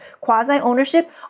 quasi-ownership